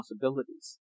possibilities